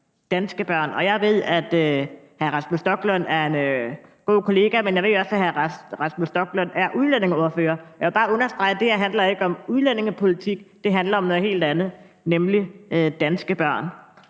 danske børn – og jeg ved, at hr. Rasmus Stoklund er en god kollega, men jeg ved også, at hr. Rasmus Stoklund er udlændingeordfører. Og jeg vil bare understrege, at det her ikke handler om udlændingepolitik, det handler om noget helt andet, nemlig danske børn.